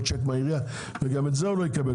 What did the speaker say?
צ'ק מהעירייה וגם את זה הוא לא יקבל,